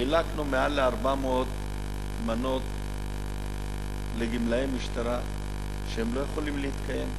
חילקנו מעל ל-400 מנות לגמלאי משטרה שלא יכולים להתקיים,